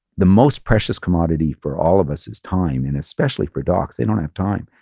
the most precious commodity for all of us is time. and especially for docs, they don't have time.